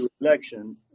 election